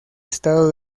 estado